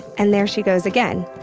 and there she goes again,